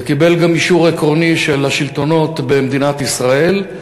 זה קיבל גם אישור עקרוני של השלטונות במדינת ישראל,